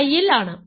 ar I യിൽ ആണ്